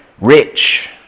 rich